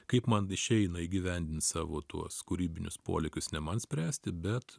kaip man išeina įgyvendint savo tuos kūrybinius polėkius ne man spręsti bet